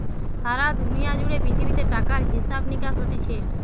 সারা দুনিয়া জুড়ে পৃথিবীতে টাকার হিসাব নিকাস হতিছে